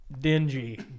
dingy